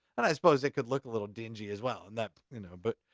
and i suppose it could look a little dingy as well. and that, you know, but,